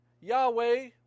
Yahweh